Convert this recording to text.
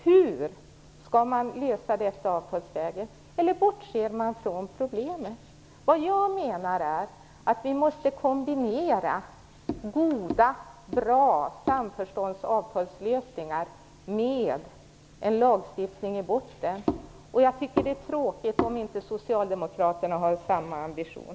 Hur skall man lösa detta avtalsvägen? Eller bortser man från problemet? Jag menar att vi måste kombinera goda och bra samförståndslösningar genom avtal med en lagstiftning i botten. Jag tycker att det är tråkigt om socialdemokraterna inte har samma ambition.